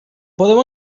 podeu